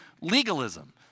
legalism